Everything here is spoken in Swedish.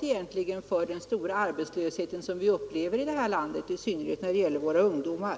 egentligen ansvaret för den stora arbetslöshet som vi upplever i detta land och som framför allt går ut över ungdomarna?